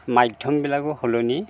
মাধ্যমবিলাকো সলনি